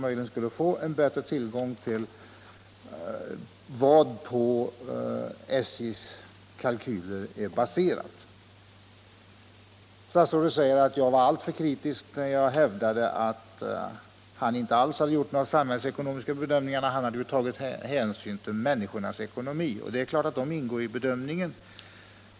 Nu lät det emellertid som om kommunerna skulle kunna få tillgång till det materialet. Statsrådet säger att jag är alltför kritisk när jag hävdar att han inte alls gjort några samhällsekonomiska bedömningar; han hade ju tagit hänsyn till människornas ekonomi. Det är klart att den ingår i bedömningen.